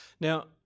Now